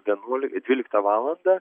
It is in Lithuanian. vienuolik dvyliktą valandą